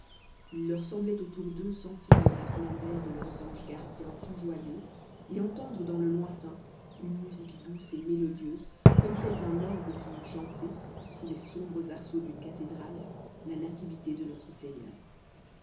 il leur semblait autour d'eux sentir les battements d'ailes de leurs anges gardiens tout joyeux et entendre dans le lointain une musique douce et mélodieuse comme celle d'un orgue qui eût chanté sous les sombres arceaux d'une cathédrale la nativité de notre-seigneur